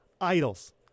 Idols